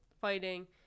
fighting